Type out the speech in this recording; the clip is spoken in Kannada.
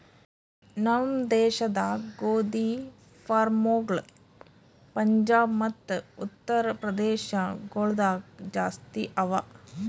ನಮ್ ದೇಶದಾಗ್ ಗೋದಿ ಫಾರ್ಮ್ಗೊಳ್ ಪಂಜಾಬ್ ಮತ್ತ ಉತ್ತರ್ ಪ್ರದೇಶ ಗೊಳ್ದಾಗ್ ಜಾಸ್ತಿ ಅವಾ